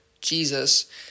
Jesus